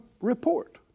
report